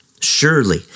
Surely